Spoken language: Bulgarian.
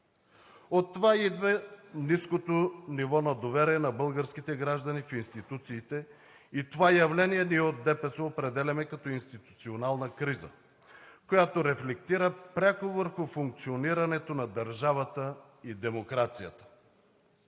От това идва ниското ниво на доверие на българските граждани в институциите и това явление ние от ДПС определяме като институционална криза, която рефлектира пряко върху функционирането на държавата и демокрацията.